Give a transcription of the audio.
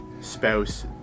spouse